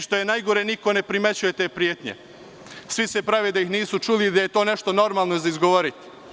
Što je najgore, niko ne primećuje te pretnje, svi se prave da ih nisu čuli, da je to nešto normalno za izgovoriti.